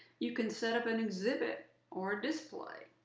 you can set up an exhibit or display.